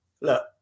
look